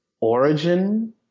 origin